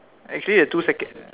actually the two seconds